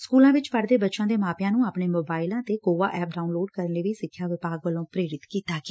ਸਕੁਲਾਂ ਵਿੱਚ ਪੜ ਦੇ ਬੱਚਿਆਂ ਦੇ ਮਾਪਿਆਂ ਨੰ ਆਪਣੇ ਮੋਬਾਇਲ ਤੇ ਕੋਵਾ ਐਪ ਡਾਉਨਲੋਡ ਕਰਨ ਲਈ ਵੀ ਸਿੱਖਿਆ ਵਿਭਾਗ ਵੱਲੋਂ ਪੇਰਿਤ ਕੀਤਾ ਗਿਆ